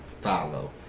follow